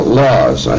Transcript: laws